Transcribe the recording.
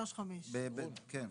1.0355. כן.